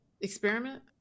Experiment